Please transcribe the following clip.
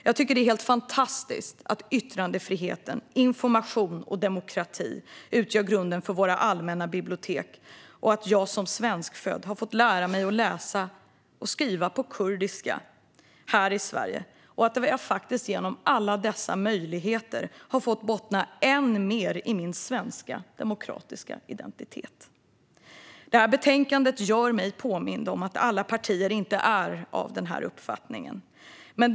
Jag tycker att det är helt fantastiskt att yttrandefriheten, information och demokrati utgör grunden för våra allmänna bibliotek och att jag som svenskfödd har fått lära mig att läsa och skriva på kurdiska här i Sverige. Genom alla dessa möjligheter har jag fått bottna än mer i min svenska, demokratiska identitet. Detta betänkande påminner mig om att alla partier inte är av den uppfattningen.